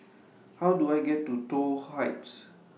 How Do I get to Toh Heights